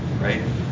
right